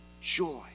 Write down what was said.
joy